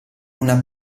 una